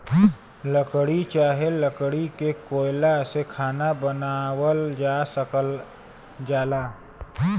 लकड़ी चाहे लकड़ी के कोयला से खाना बनावल जा सकल जाला